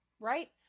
right